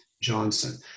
Johnson